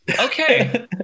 Okay